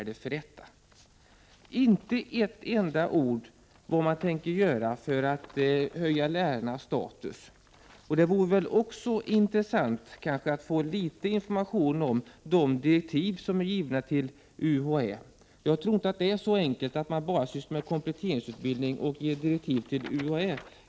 Det sägs inte ett ord om vad man tänker göra för att höja lärarnas status. Det vore också intressant att få litet information om de direktiv som har getts till UHÄ. Jag tror inte att problemet är så enkelt att det kan lösas bara genom kompletteringsutbildning och direktiv till UHÄ.